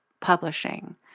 publishing